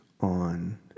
on